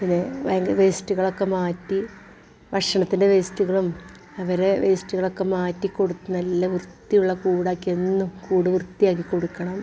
പിന്നെ അതിൻ്റെ വേസ്റ്റുകളൊക്കെ മാറ്റി ഭക്ഷണത്തിൻ്റെ വേസ്റ്റുകളും അവരെ വേസ്റ്റുകളൊക്കെ മാറ്റി കൊടുത്ത് നല്ല വൃത്തിയുള്ള കൂടാക്കി എന്നും കൂട് വൃത്തിയാക്കി കൊടുക്കണം